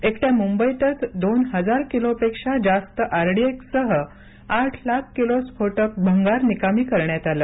एकट्या मुंबईतच दोन हजार किलोपेक्षा जास्त आरडीएक्ससह आठ लाख किलो स्फोटक भंगार निकामी करण्यात आलं